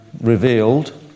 revealed